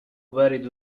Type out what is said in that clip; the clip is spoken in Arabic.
بارد